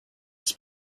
his